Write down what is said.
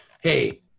hey